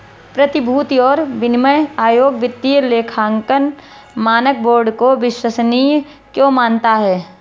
प्रतिभूति और विनिमय आयोग वित्तीय लेखांकन मानक बोर्ड को विश्वसनीय क्यों मानता है?